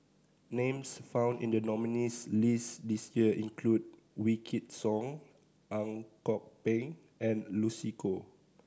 names found in the nominees' list this year include Wykidd Song Ang Kok Peng and Lucy Koh